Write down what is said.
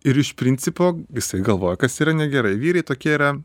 ir iš principo jisai galvoja kas yra negerai vyrai tokie yra